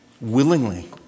willingly